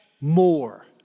more